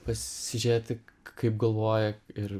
pasižiūrėti kaip galvoja ir